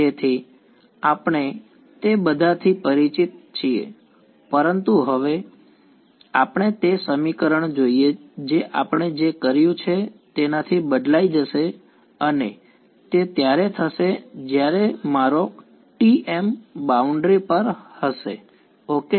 તેથી આપણે તે બધાથી પરિચિત છીએ પરંતુ હવે આપણે તે સમીકરણ જોઈએ જે આપણે જે કર્યું છે તેનાથી બદલાઈ જશે અને તે ત્યારે થશે જ્યારે મારો Tm બાઉન્ડ્રી પર હશે ઓકે